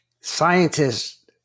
scientists